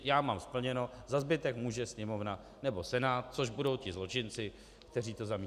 Já mám splněno, za zbytek může Sněmovna nebo Senát, což budou ti zločinci, kteří to zamítnou.